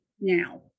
now